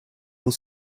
will